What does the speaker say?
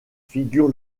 figure